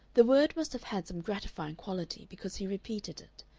the word must have had some gratifying quality, because he repeated it.